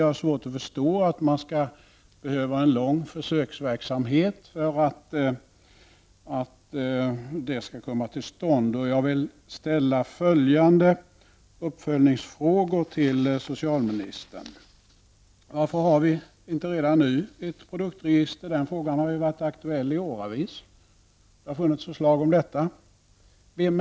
Jag har svårt att förstå att det skall behövas en lång försöksverksamhet för att ett sådant skall komma till stånd, och jag vill därför ställa några följfrågor till socialministern. Varför har vi inte redan nu ett produktregister? Denna fråga har ju varit aktuell i åratal, och det har funnits förslag om detta.